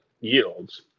yields